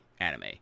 Anime